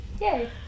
Yay